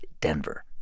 Denver